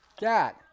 dad